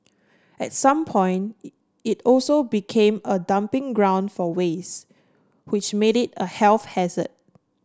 at some point it it also became a dumping ground for waste which made it a health hazard